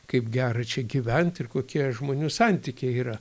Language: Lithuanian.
kaip gera čia gyvent ir kokie žmonių santykiai yra